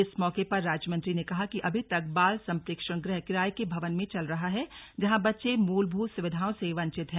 इस मौके पर राज्य मंत्री ने कहा कि अभी तक बाल सम्प्रेक्षण गृह किराये के भवन में चल रहा है जहां बच्चे मूलभूत सुविधाओं से वंचित हैं